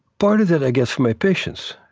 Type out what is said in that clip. part of that i get from my patients.